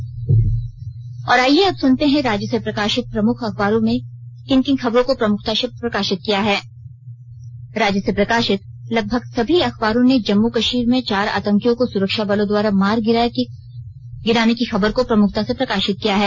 अखबारों की सुर्खियां आईये अब सुनते हैं राज्य से प्रकाशित प्रमुख अखबारों ने किन किन खबरों को प्रमुखता से प्रकाशित किया है राज्य से प्रकाशित लगभग सभी अखबारों ने जम्मू कश्मीर में चार आतंकियों को सुरक्षाबलों द्वारा मार गिराने की खबर को प्रमुखता से प्रकाशित किया है